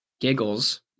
giggles